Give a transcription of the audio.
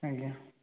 ଆଜ୍ଞା